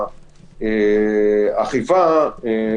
והאכיפה.